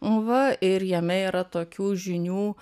nu va ir jame yra tokių žinių